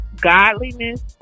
godliness